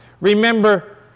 Remember